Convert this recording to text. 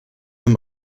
rim